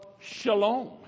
Shalom